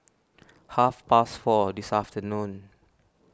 half past four this afternoon